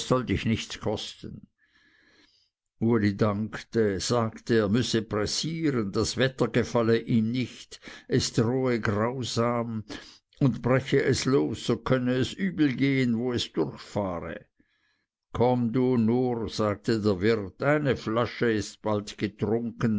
dich nichts kosten uli dankte sagte er müsse pressieren das wetter gefalle ihm nicht es drohe grausam und breche es los so könne es übel gehen wo es durchfahre komm du nur sagte der wirt eine flasche ist bald getrunken